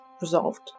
resolved